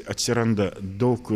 atsiranda daug